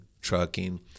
trucking